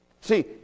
See